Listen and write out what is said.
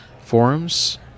forums